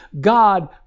God